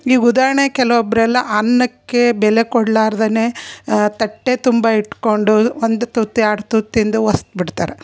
ಈಗ ಉದಾಹರಣೆ ಕೆಲವೊಬ್ಬರೆಲ್ಲ ಅನ್ನಕ್ಕೆ ಬೆಲೆ ಕೊಡ್ಲಾರ್ದೇನೇ ತಟ್ಟೆ ತುಂಬ ಇಟ್ಟುಕೊಂಡು ಒಂದು ತುತ್ತು ಎರಡು ತುತ್ತು ತಿಂದು ಎಸ್ದ್ ಬಿಡ್ತಾರೆ